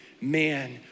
man